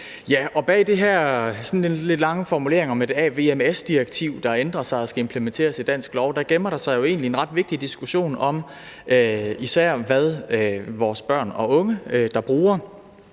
lidt lange formulering om et AVMS-direktiv, der ændres og skal implementeres i dansk lov, gemmer der sig jo egentlig en ret vigtig diskussion om, hvad især vores børn og unge bruger